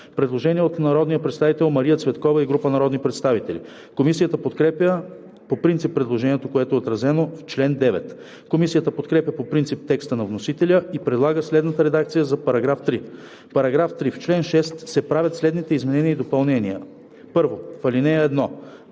Предложение от народния представител Мария Цветкова и група народни представители. Комисията подкрепя по принцип предложението, което е отразено в чл. 9. Комисията подкрепя по принцип текста на вносителя и предлага следната редакция за § 3: „§ 3. В чл. 6 се правят следните изменения и допълнения: 1. В ал. 1: